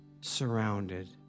surrounded